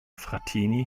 frattini